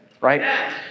right